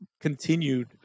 continued